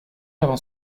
avant